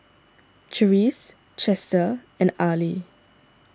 Cherise Chester and Arley